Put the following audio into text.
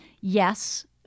yes